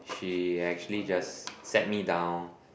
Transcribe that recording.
she actually just set me down